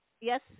yes